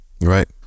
right